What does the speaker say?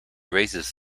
raises